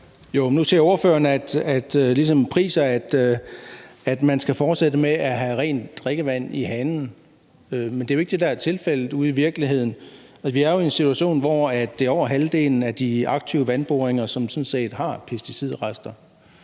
priser ordføreren, at man skal fortsætte med at have rent drikkevand i hanen. Men det er jo ikke det, der er tilfældet ude i virkeligheden. Vi er jo i en situation, hvor det er over halvdelen af de aktive vandboringer, som sådan set har pesticidrester.